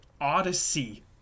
Odyssey